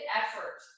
effort